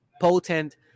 potent